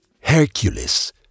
Hercules